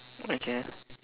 okay